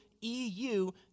E-U